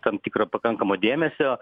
tam tikro pakankamo dėmesio